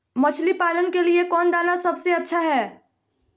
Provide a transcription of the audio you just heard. मछली पालन के लिए कौन दाना सबसे अच्छा है?